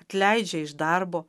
atleidžia iš darbo